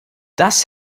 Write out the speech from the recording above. das